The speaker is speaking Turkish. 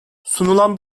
sunulan